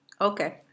Okay